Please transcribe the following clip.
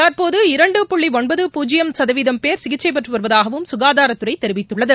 தற்போது இரண்டு புள்ளி ஒன்பது பூஜ்ஜியம் சதவீதம் பேர் சிகிச்சை பெற்று வருவதாகவும் சுகாதாரத்துறை தெரிவித்துள்ளது